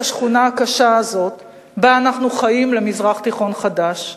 השכונה הקשה הזאת שבה אנחנו חיים למזרח תיכון חדש.